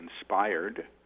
inspired